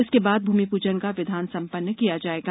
इसके बाद भूमि पूजन का विधान सम्पन्न किया जाएगा